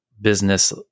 business